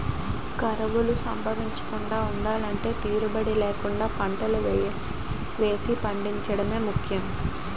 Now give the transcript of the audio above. కరువులు సంభవించకుండా ఉండలంటే తీరుబడీ లేకుండా పంటలు వేసి పండించడమే ముఖ్యం